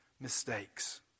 mistakes